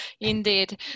Indeed